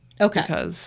Okay